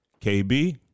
KB